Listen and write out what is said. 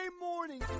morning